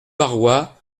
barrois